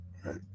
Right